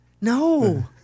No